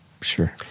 Sure